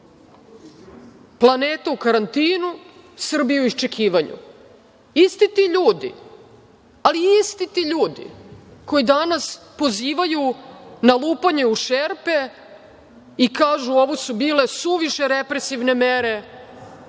„Planeta u karantinu, Srbi u iščekivanju.“Isti ti ljudi, ali isti ti ljudi koji danas pozivaju na lupanje u šerpe i kažu – ovo su bile suviše represivne mere,